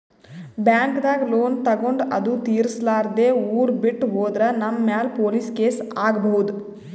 ಬ್ಯಾಂಕ್ದಾಗ್ ಲೋನ್ ತಗೊಂಡ್ ಅದು ತಿರ್ಸಲಾರ್ದೆ ಊರ್ ಬಿಟ್ಟ್ ಹೋದ್ರ ನಮ್ ಮ್ಯಾಲ್ ಪೊಲೀಸ್ ಕೇಸ್ ಆಗ್ಬಹುದ್